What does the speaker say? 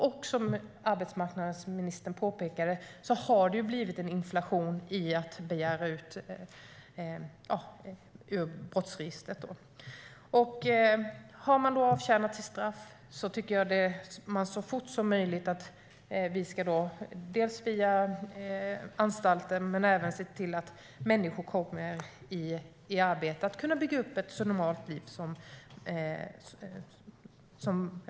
Precis som arbetsmarknadsministern påpekade har det blivit en inflation i att begära ut utdrag ur brottsregistret. Om man har avtjänat sitt straff ska man så fort som möjligt, via anstalten, komma i arbete och bygga upp ett normalt liv.